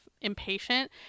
impatient